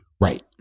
Right